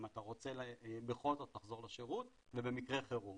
אם אתה רוצה בכל זאת לחזור לשירות ובמקרה חירום.